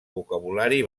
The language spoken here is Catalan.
vocabulari